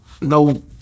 No